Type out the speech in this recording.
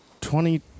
Twenty